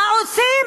מה עושים,